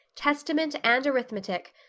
testament and arithmetic,